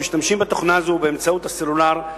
משתמשים בתוכנה הזאת באמצעות הסלולר,